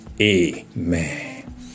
amen